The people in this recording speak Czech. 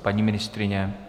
Paní ministryně?